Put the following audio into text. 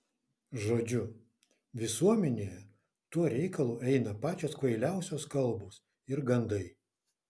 žodžiu visuomenėje tuo reikalu eina pačios kvailiausios kalbos ir gandai